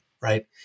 right